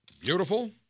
Beautiful